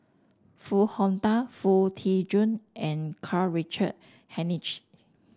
Foo Hong Tatt Foo Tee Jun and Karl Richard Hanitsch